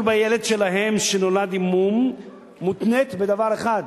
בילד שלהם שנולד עם מום מותנית בדבר אחד,